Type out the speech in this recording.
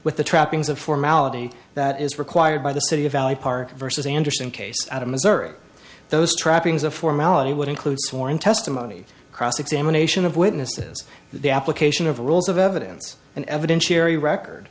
with the trappings of formality that is required by the city of valley park versus anderson case out of missouri those trappings of formality would include sworn testimony cross examination of witnesses the application of rules of evidence an evidentiary record